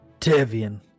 Devian